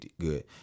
good